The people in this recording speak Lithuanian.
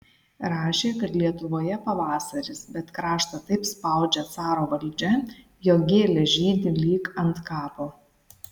rašė kad lietuvoje pavasaris bet kraštą taip spaudžia caro valdžia jog gėlės žydi lyg ant kapo